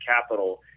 capital